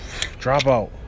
Dropout